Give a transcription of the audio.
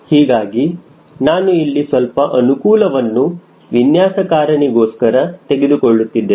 ಹೀಗಾಗಿ ನಾನು ಇಲ್ಲಿ ಸ್ವಲ್ಪ ಅನುಕೂಲವನ್ನು ವಿನ್ಯಾಸಕಾರನಿಗೋಸ್ಕರ ತೆಗೆದುಕೊಳ್ಳುತ್ತಿದ್ದೇನೆ